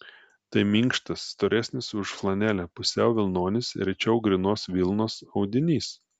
tai minkštas storesnis už flanelę pusiau vilnonis rečiau grynos vilnos audinys